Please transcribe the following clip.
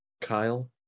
Kyle